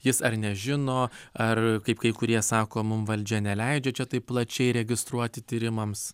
jis ar nežino ar kaip kai kurie sako mum valdžia neleidžia čia taip plačiai registruoti tyrimams